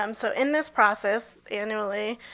um so in this process annually,